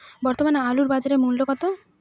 বর্তমানে আলুর বাজার মূল্য কত?